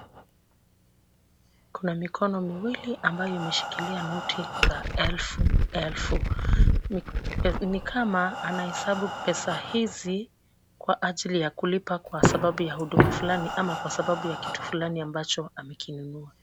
Kuna mikono miwili ambayo imeshikilia noti za elfu elfu, ni kama anahesabu pesa hizi kwa jaili ya kulipa kwa sababu ya huduma fulani, ama, kwa sababu ya kitu fulani ambacho amekinunua.